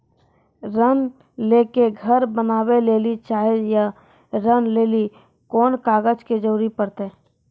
ऋण ले के घर बनावे लेली चाहे या ऋण लेली कोन कागज के जरूरी परतै?